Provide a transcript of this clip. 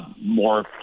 more